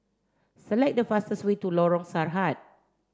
select the fastest way to Lorong Sahad